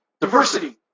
diversity